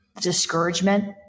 discouragement